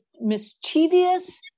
mischievous